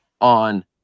on